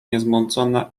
niezmącone